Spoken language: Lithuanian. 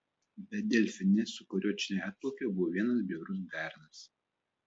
bet delfine su kuriuo čionai atplaukiau buvo vienas bjaurus bernas